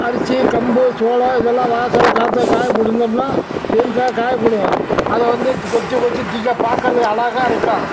அரிசி கம்பு சோளம் இதெல்லாம் வாசலில் காற்றுல காய போட்டுருந்தோம்னால் வெயில்காக காய போடுவோம் அது வந்து கொத்தி கொத்தி திங்க பார்க்குறது அழகா இருக்கும்